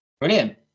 brilliant